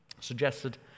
suggested